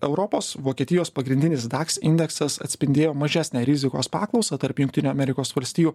europos vokietijos pagrindinis daks indeksas atspindėjo mažesnę rizikos paklausą tarp jungtinių amerikos valstijų